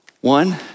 One